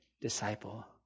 disciple